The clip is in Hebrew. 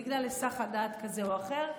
בגלל היסח הדעת כזה או אחר,